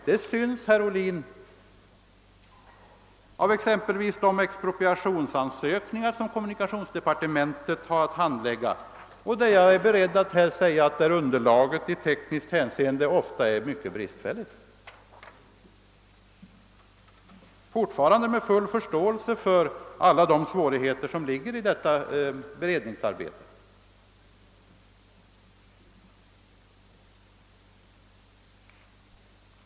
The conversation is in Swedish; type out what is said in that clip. Det framgår, herr Ohlin, av exempelvis de <:expropriationsansökningar som kommunikationsdepartementet har att handlägga; jag är beredd att fastslå att deras underlag i tekniskt hänseende ofta är mycket bristfälligt, fortfarande med full förståelse för alla de svårigheter som ligger i detta beredningsarbete.